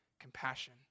compassion